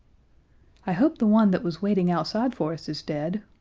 i hope the one that was waiting outside for us is dead!